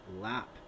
lap